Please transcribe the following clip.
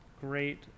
great